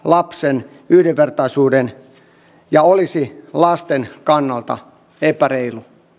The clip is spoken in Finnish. lapsen yhdenvertaisuuden ja olisi lasten kannalta epäreilu